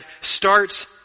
starts